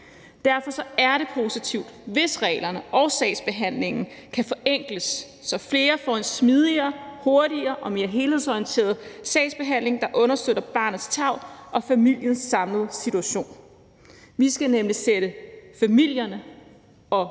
Derfor er det positivt, hvis reglerne og sagsbehandlingen kan forenkles, så flere får en smidigere, hurtigere og mere helhedsorienteret sagsbehandling, der understøtter barnets tarv og familiens samlede situation. Vi skal nemlig sætte familierne og